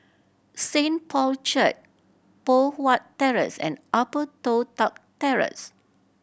Saint Paul Church Poh Huat Terrace and Upper Toh Tuck Terrace